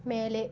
மேலே